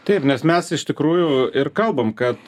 taip nes mes iš tikrųjų ir kalbam kad